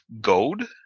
gold